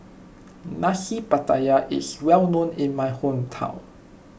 Nasi Pattaya is well known in my hometown